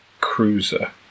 cruiser